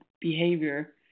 behavior